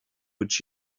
which